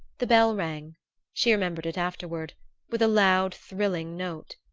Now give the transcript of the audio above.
the bell rang she remembered it afterward with a loud thrilling note.